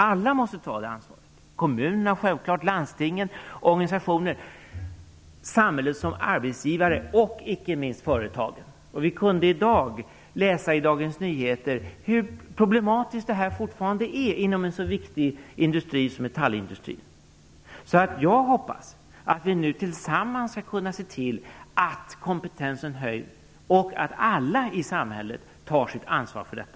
Alla måste ta det ansvaret: kommunerna, landstingen, organisationerna, samhället som arbetsgivare och inte minst företagen. Vi kunde i dag läsa i Dagens Nyheter hur problematiskt detta fortfarande är inom en så viktig industri som metallindustrin. Jag hoppas att vi nu tillsammans skall kunna se till att kompetensen höjs och att alla i samhället tar sitt ansvar för detta.